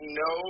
no